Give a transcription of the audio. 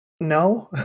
No